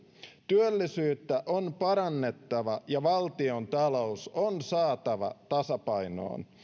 työllisyyttä on parannettava ja valtiontalous on saatava tasapainoon